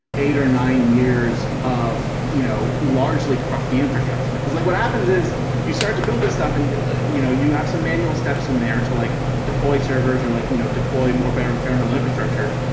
eight or nine years of you know largely crafty infrastructure. because like what happens is you start to build this stuff and you know you have some manual steps in there to like deploy servers or like you know deploy more but bare-metal infrastructure,